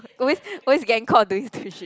always always getting caught doing stupid shit